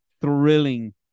thrilling